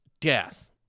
death